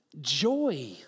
joy